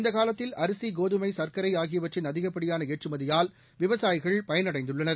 இந்த காலத்தில் அரிசி கோதுமை சர்க்கரை ஆகியவற்றின் அதிகப்படியான ஏற்றுமதியால் விவசாயிகள் பயனடைந்துள்ளனர்